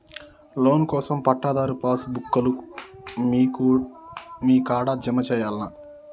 Loan కోసం పట్టాదారు passbook లు మీ కాడా జమ చేయల్నా?